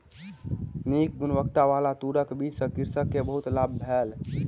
नीक गुणवत्ताबला तूरक बीज सॅ कृषक के बहुत लाभ भेल